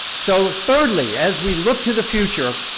so thirdly as we look to the future,